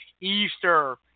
Easter